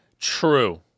true